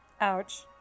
Ouch